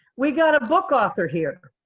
we got a book author here.